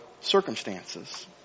circumstances